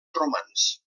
romans